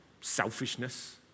selfishness